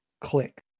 click